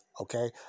Okay